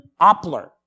Oppler